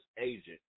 agent